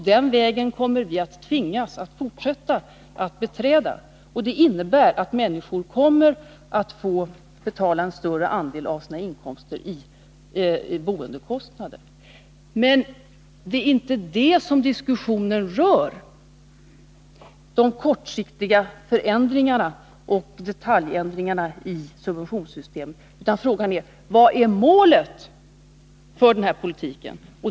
Den vägen kommer vi att fortsätta tvingas beträda, och det innebär att människor kommer att få betala en större andel av sina inkomster i boendekostnader. Men det är inte det diskussionen rör — de kortsiktiga förändringarna och detaljändringarna i subventionssystemet — utan frågan är: Vad är målet för den här politiken?